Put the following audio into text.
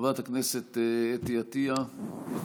חברת הכנסת אתי עטייה, בבקשה.